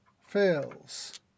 fails